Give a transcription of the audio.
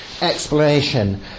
explanation